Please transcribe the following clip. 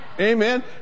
amen